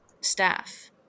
staff